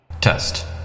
Test